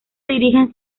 dirigen